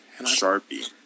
sharpie